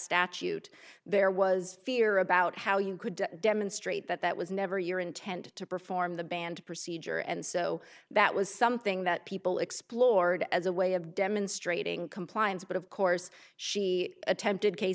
statute there was fear about how you could demonstrate that that was never your intent to perform the banned procedure and so that was something that people explored as a way of demonstrating compliance but of course she attempted k